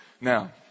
now